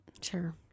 Sure